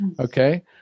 Okay